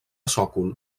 sòcol